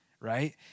right